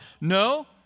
No